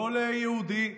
לא ליהודי,